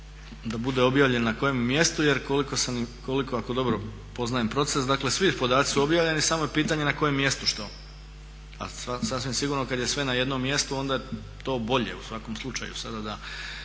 da bude objavljen na kojem mjestu jer koliko ako dobro poznajem proces dakle svi podaci su objavljeni samo je pitanje na kojem mjestu što. Ali sasvim sigurno kada je sve na jednom mjestu onda je to bolje u svakom slučaju. Sada da,